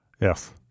Yes